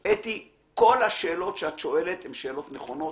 אתי, כל השאלות שאת שואלת הן שאלות נכונות.